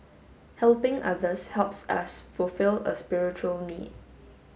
helping others helps us fulfil a spiritual need